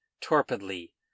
torpidly